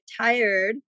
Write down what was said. tired